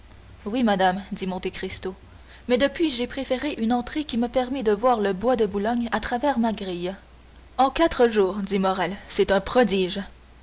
maison oui madame dit monte cristo mais depuis j'ai préféré une entrée qui me permît de voir le bois de boulogne à travers ma grille en quatre jours dit morrel c'est un prodige